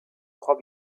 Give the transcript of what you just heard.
trois